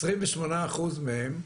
28% מהם,